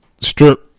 Strip